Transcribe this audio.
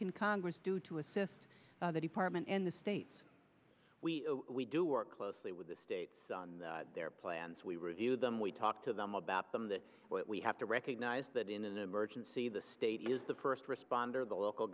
can congress do to assist the department and the states we do work closely with the states on their plans we reviewed them we talked to them about them that we have to recognize that in an emergency the state is the first responder the local